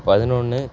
பதினொன்னு